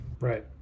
Right